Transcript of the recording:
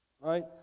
right